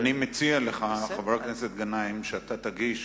אני מציע לך, חבר הכנסת גנאים, שתגיש